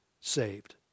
saved